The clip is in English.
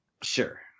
Sure